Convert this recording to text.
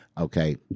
Okay